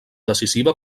decisiva